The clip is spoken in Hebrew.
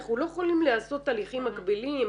אנחנו לא יכולים לעשות הליכים מקבילים,